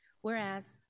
Whereas